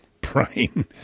brain